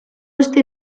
este